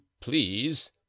please